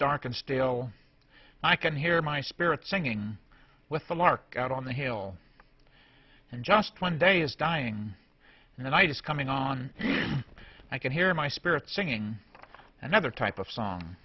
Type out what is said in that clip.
dark and still i can hear my spirit singing with the lark out on the hill and just one day is dying and i just coming on i can hear my spirit singing another type of song